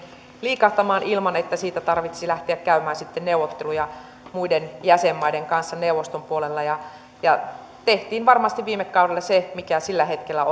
liikahtamaan ilman että siitä tarvitsi lähteä käymään sitten neuvotteluja muiden jäsenmaiden kanssa neuvoston puolella ja ja varmasti viime kaudella tehtiin se mikä sillä hetkellä